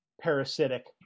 parasitic